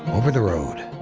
over the road.